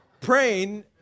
praying